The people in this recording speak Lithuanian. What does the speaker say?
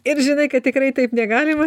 ir žinai kad tikrai taip negalima